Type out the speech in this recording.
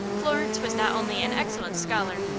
florence was not only an excellent scholar,